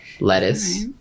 Lettuce